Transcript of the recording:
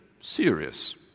serious